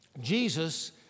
Jesus